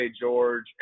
George